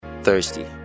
thirsty